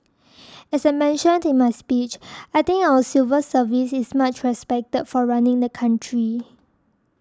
as I mentioned in my speech I think our civil service is much respected for running the country